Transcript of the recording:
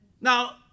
Now